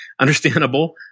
understandable